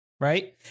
right